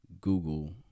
Google